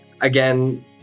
again